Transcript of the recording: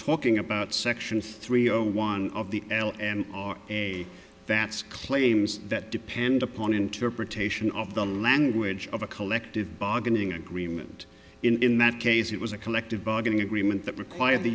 talking about section three zero one of the l and r a that's claims that depend upon interpretation of the language of a collective bargaining agreement in that case it was a collective bargaining agreement that required the